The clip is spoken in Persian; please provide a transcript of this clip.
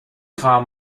خواهم